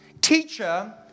Teacher